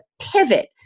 pivot